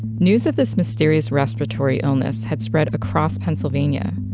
news of this mysterious respiratory illness had spread across pennsylvania.